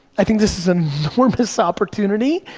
i think this is an enormous opportunity,